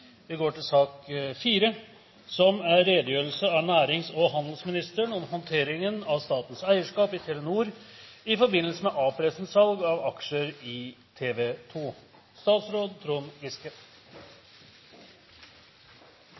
av 16. januar i år og takker for muligheten til å redegjøre for håndteringen av statens eierskap i Telenor i forbindelse med A-pressens salg av aksjer i